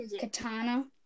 katana